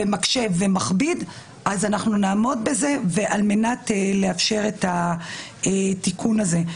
מקשה ומכביד אנחנו נעמוד בזה כדי לאפשר את התיקון הזה.